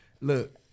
Look